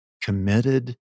committed